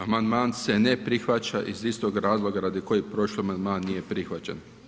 Amandman se ne prihvaća iz istih razloga radi kojih prošli amandman nije prihvaćen.